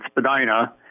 Spadina